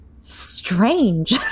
strange